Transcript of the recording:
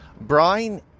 Brian